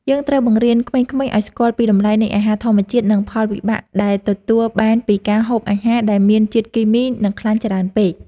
យើងត្រូវបង្រៀនក្មេងៗឲ្យស្គាល់ពីតម្លៃនៃអាហារធម្មជាតិ និងផលវិបាកដែលទទួលបានពីការហូបអាហារដែលមានជាតិគីមី និងខ្លាញ់ច្រើនពេក។